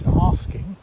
asking